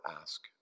ask